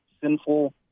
sinful